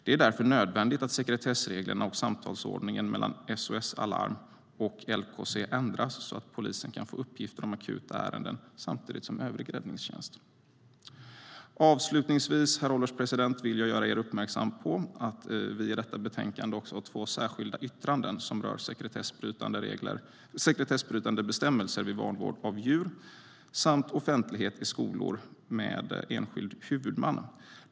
Det är därför nödvändigt att sekretessreglerna och samtalsordningen mellan SOS Alarm och LKC ändras så att polisen kan få uppgifter om akuta ärenden samtidigt som övrig räddningstjänst. Avslutningsvis, herr ålderspresident, vill jag göra ledamöterna uppmärksamma på att vi i detta betänkande även har två särskilda yttranden. De rör sekretessbrytande bestämmelser vid vanvård av djur samt offentlighet i skolor med enskild huvudman.